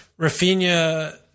Rafinha